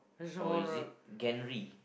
or is it Ganry